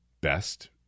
best